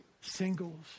singles